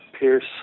Pierce